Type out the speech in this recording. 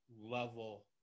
level